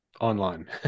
Online